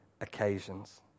occasions